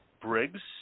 Briggs